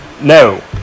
No